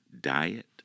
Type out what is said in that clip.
diet